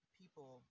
people